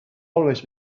always